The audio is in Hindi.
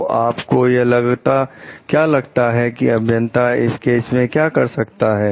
तो आपको क्या लगता है कि अभियंता इस केस में क्या कर सकता है